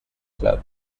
club